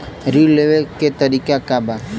ऋण लेवे के तरीका का बा?